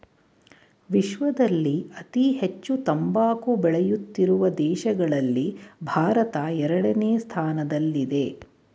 ವಿಶ್ವದಲ್ಲಿ ಅತಿ ಹೆಚ್ಚು ತಂಬಾಕು ಬೆಳೆಯುತ್ತಿರುವ ದೇಶಗಳಲ್ಲಿ ಭಾರತ ಎರಡನೇ ಸ್ಥಾನದಲ್ಲಿದೆ